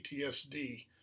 PTSD